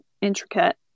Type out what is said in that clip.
intricate